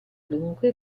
dunque